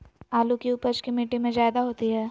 आलु की उपज की मिट्टी में जायदा होती है?